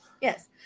Yes